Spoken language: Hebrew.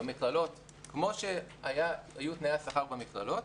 כמו שהיו תנאי השכר במכללות,